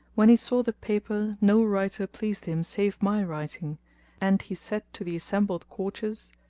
when he saw the paper no writing pleased him save my writing and he said to the assembled courtiers,